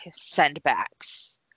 sendbacks